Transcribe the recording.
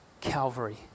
Calvary